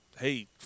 hey